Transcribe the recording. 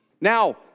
Now